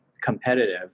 Competitive